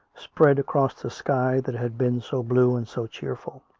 sped across the sky that had been so blue and so cheerful